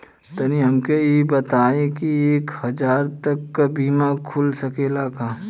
तनि हमके इ बताईं की एक हजार तक क बीमा खुल सकेला का?